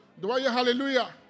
Hallelujah